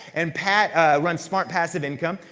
and pat runs smart passive income.